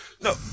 No